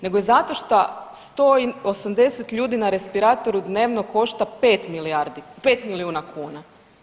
Nego zato što 180 ljudi na respiratoru dnevno košta 5 milijardi, 5 milijuna kuna.